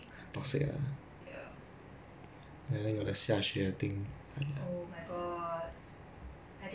I think that one a bit the cancel culture is true lah it's a bit too much I feel the cancel culture but